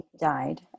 died